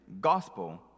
gospel